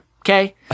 Okay